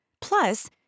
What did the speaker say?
Plus